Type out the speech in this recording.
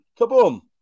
Kaboom